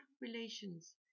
relations